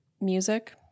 music